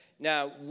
Now